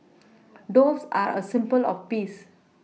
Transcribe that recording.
doves are a symbol of peace